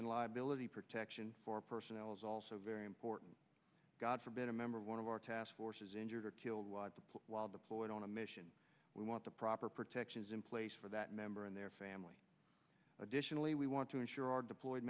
and liability protection for personnel is also very important god forbid a member of one of our task force is injured or killed while deployed on a mission we want the proper protections in place for that member and their family additionally we want to ensure our deployed